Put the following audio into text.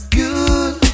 good